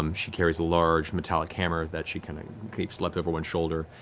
um she carries a large, metallic hammer that she kind of keeps left over one shoulder.